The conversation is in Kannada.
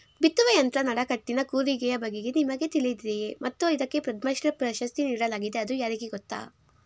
ಬಿತ್ತುವ ಯಂತ್ರ ನಡಕಟ್ಟಿನ ಕೂರಿಗೆಯ ಬಗೆಗೆ ನಿಮಗೆ ತಿಳಿದಿದೆಯೇ ಮತ್ತು ಇದಕ್ಕೆ ಪದ್ಮಶ್ರೀ ಪ್ರಶಸ್ತಿ ನೀಡಲಾಗಿದೆ ಅದು ಯಾರಿಗೆ ಗೊತ್ತ?